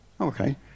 okay